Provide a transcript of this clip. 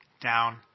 down